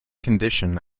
condition